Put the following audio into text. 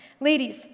Ladies